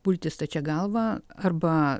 pulti stačia galva arba